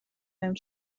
mewn